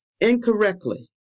incorrectly